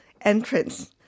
Entrance